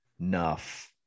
enough